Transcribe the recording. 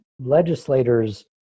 legislators